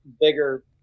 bigger